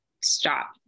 stop